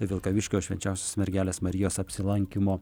vilkaviškio švenčiausiosios mergelės marijos apsilankymo